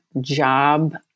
job